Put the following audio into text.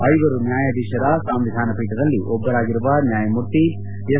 ಐವರು ನ್ನಾಯಾಧೀಶರ ಸಂವಿಧಾನ ಪೀಠದಲ್ಲಿ ಒಬ್ಲರಾಗಿರುವ ನ್ನಾಯಮೂರ್ತಿ ಎಸ್